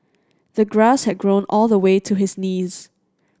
the grass had grown all the way to his knees